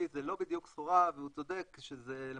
זה לא בדיוק סחורה והוא צודק שלמעשה